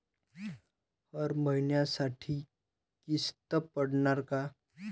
हर महिन्यासाठी किस्त पडनार का?